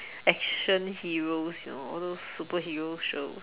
action heroes you know all those superhero show